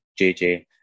JJ